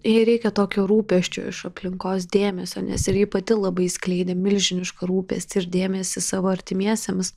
jai reikia tokio rūpesčio iš aplinkos dėmesio nes ir ji pati labai skleidė milžinišką rūpestį ir dėmesį savo artimiesiems